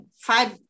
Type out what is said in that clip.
five